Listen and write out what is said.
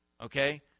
okay